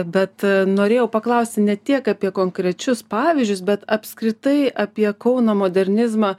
bet norėjau paklausti ne tiek apie konkrečius pavyzdžius bet apskritai apie kauno modernizmą